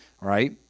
right